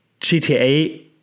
GTA